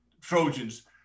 Trojans